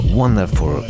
wonderful